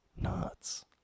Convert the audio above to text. Nuts